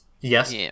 Yes